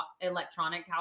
electronic